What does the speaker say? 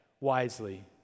wisely